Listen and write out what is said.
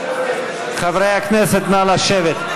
חברי הכנסת, נא לשבת.